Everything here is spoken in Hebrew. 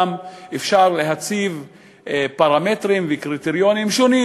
אפשר להציב פרמטרים וקריטריונים שונים.